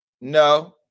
No